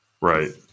Right